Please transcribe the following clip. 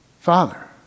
Father